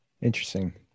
Interesting